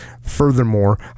Furthermore